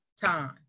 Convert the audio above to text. time